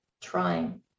trying